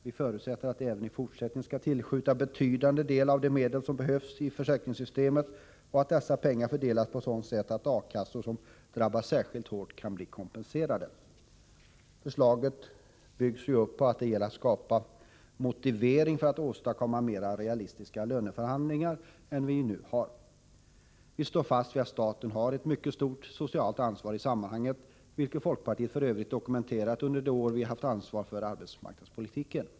Vi förutsätter att de även i fortsättningen skall tillskjuta en betydande del av de medel som behövs i försäkringssystemet och att dessa pengar fördelas på sådant sätt att A-kassor som drabbas särskilt svårt kan bli kompenserade. Förslaget byggs på tanken att det gäller att skapa motiv för att åstadkomma mer realistiska löneförhandlingar än de som nu förs. Vistår fast vid att staten har ett mycket stort socialt ansvar i sammanhanget. Det har folkpartiet f. ö. dokumenterat under de år man hade ansvar för arbetsmarknadspolitiken.